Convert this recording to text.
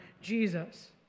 Jesus